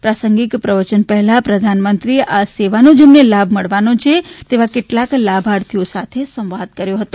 પ્રાસંગિક પ્રવચન પહેલા પ્રધાનમંત્રી આ સેવાનો જેમને લાભ મળવાનો છે તેવા કેટલાક લાભાર્થીઓ સાથે સંવાદ કર્યો હતો